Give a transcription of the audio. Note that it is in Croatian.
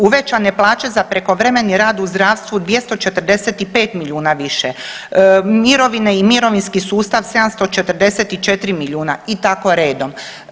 Uvećane plaće za prekovremeni rad u zdravstvu 245 miliona više, mirovine i mirovinski sustav 744 miliona i tako redom.